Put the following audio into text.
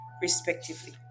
respectively